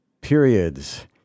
periods